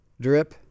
drip